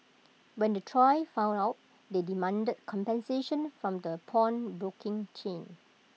when the trio found out they demanded compensation from the pawnbroking chain